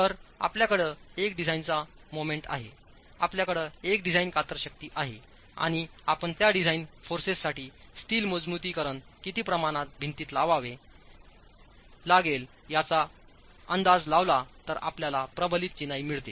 तर आपल्याकडे एक डिझाइनचा मोमेंट आहे आपल्याकडे एक डिझाइन कातर शक्ती आहे आणि आपण त्या डिझाइन फोर्सेससाठी स्टील मजबुतीकरण किती प्रमाणात भिंतीत लावावे लागेल याचा अंदाज लावला तर आपल्याला प्रबलित चिनाई मिळते